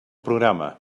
programa